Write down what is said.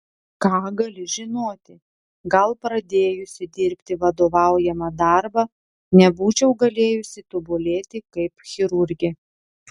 ką gali žinoti gal pradėjusi dirbti vadovaujamą darbą nebūčiau galėjusi tobulėti kaip chirurgė